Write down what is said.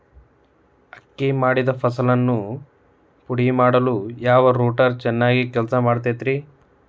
ಅಕ್ಕಿ ಮಾಡಿದ ಫಸಲನ್ನು ಪುಡಿಮಾಡಲು ಯಾವ ರೂಟರ್ ಚೆನ್ನಾಗಿ ಕೆಲಸ ಮಾಡತೈತ್ರಿ?